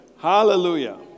Hallelujah